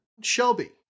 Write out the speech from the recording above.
Shelby